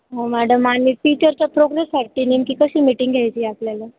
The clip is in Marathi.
हो मॅडम आणि टीचरच्या प्रोग्रेससाठी नेमकी कशी मीटिंग घ्यायची आपल्याला